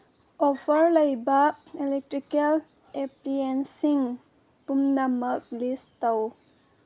offer ꯂꯩꯕ electrical ꯑꯦꯄ꯭ꯂꯤꯌꯦꯟꯁꯤꯡ ꯄꯨꯝꯅꯃꯛ ꯂꯤꯁ ꯇꯧ